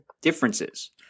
differences